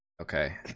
Okay